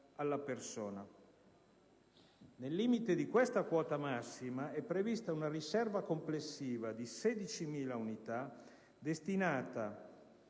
alla persona. Nel limite della quota massima, è prevista una riserva complessiva di 16.000 unità destinata: